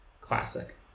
classic